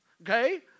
Okay